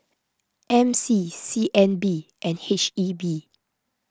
M C C N B and H E B